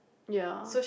ya